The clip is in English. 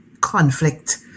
conflict